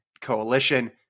coalition